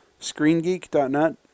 ScreenGeek.net